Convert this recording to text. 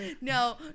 No